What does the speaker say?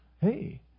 Hey